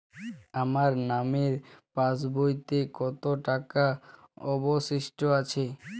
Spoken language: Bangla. আমার নামের পাসবইতে কত টাকা অবশিষ্ট আছে?